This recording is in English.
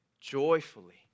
joyfully